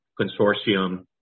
consortium